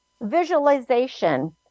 visualization